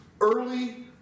Early